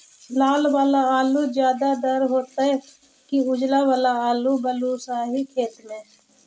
लाल वाला आलू ज्यादा दर होतै कि उजला वाला आलू बालुसाही खेत में?